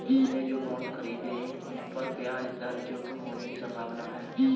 तुमने जो बॉन्ड खरीदे हैं, उन पर ब्याज दर जोखिम होने की संभावना है